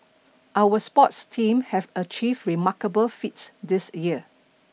our sports team have achieved remarkable feats this year